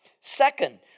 Second